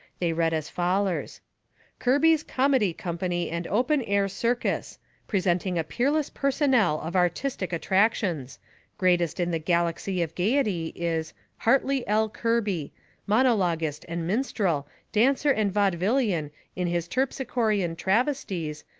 they read as follers kirby's komedy kompany and open air circus presenting a peerless personnel of artistic attractions greatest in the galaxy of gaiety, is hartley l. kirby monologuist and minstrel, dancer and vaudevillian in his terpsichorean travesties,